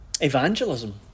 evangelism